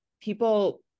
people